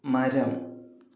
മരം